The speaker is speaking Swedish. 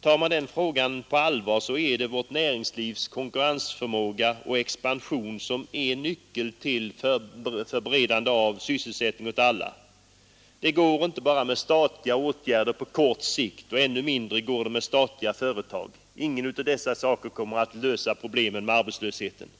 Tar man den frågan på allvar finner man att det är vårt näringslivs konkurrensförmåga och expansion som är nyckeln till beredande av sysselsättning åt alla. Det går inte att bara vidtaga statliga åtgärder på kort sikt och det går ännu mindre att lita till statliga företag. Ingenting av det kommer att lösa arbetslöshetsproblemen.